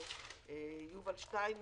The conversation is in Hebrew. יובל שטייניץ.